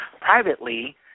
privately